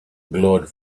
glowed